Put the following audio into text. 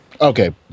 Okay